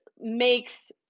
makes